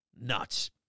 nuts